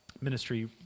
ministry